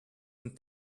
and